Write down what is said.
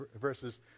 verses